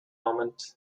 moment